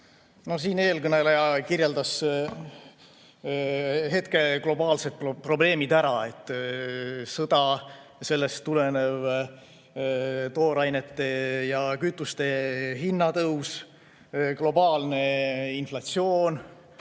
No siin eelkõneleja kirjeldas hetke globaalsed probleemid ära: sõda ja sellest tulenev toorainete ja kütuste hinna tõus, globaalne inflatsioon,